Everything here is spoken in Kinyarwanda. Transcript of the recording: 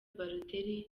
balotelli